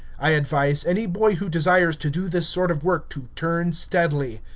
i advise any boy who desires to do this sort of work to turn steadily.